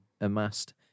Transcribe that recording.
amassed